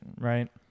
Right